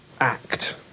act